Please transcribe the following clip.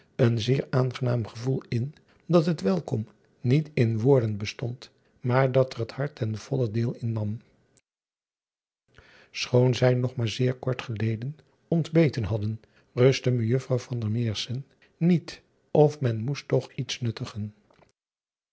een zeer aangenaam gevoel in dat het welkom niet in woorden bestond maar dat er het hart ten volle deel in nam choon zij nog maar zeer kort geleden ontbeten hadden rustte ejuffrouw niet of men moest toch iets nuttigen